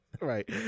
Right